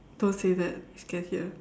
don't say that she can hear